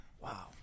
Wow